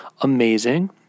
amazing